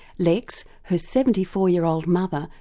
lex, her seventy four year old mother,